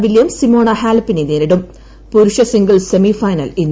Williams Simona ഹാലപ്പിനെ നേരിടും പുരുഷ സിംഗിൾസ് സെമിഫൈനൽ ഇന്ന്